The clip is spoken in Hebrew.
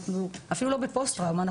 אפילו לא בפוסט טראומה,